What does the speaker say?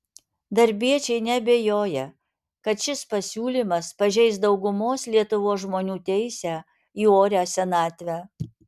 darbiečiai neabejoja kad šis pasiūlymas pažeis daugumos lietuvos žmonių teisę į orią senatvę